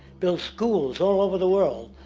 build schools all over the world,